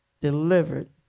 delivered